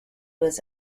was